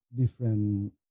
different